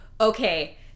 okay